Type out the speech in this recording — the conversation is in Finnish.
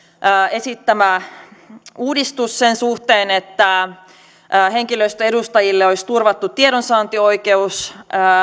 esittämä uudistus sen suhteen että henkilöstön edustajille olisi turvattu tiedonsaantioikeus